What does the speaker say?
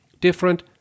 different